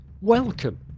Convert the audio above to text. welcome